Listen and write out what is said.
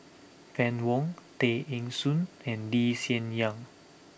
Fann Wong Tay Eng Soon and Lee Hsien Yang